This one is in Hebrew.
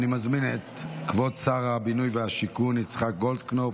אני מזמין את כבוד שר הבינוי והשיכון יצחק גולדקנופ,